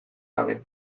gabe